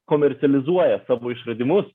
komercializuoja savo išradimus